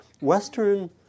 Western